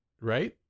right